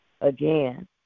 again